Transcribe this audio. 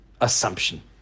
assumption